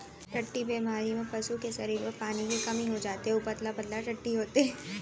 टट्टी बेमारी म पसू के सरीर म पानी के कमी हो जाथे अउ पतला पतला टट्टी होथे